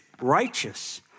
righteous